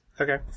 Okay